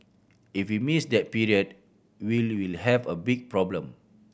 if we miss that period we will have a big problem